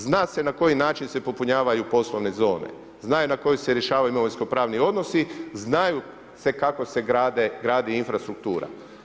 Zna se na koji način se popunjavaju poslovne zone, znaju na koji na koji se rješavaju imovinsko-pravni odnosi, znaju kako se gradi infrastruktura.